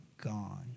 gone